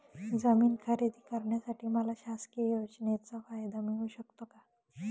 जमीन खरेदी करण्यासाठी मला शासकीय योजनेचा फायदा मिळू शकतो का?